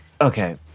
Okay